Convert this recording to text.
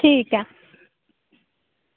ठीक ऐ